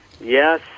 Yes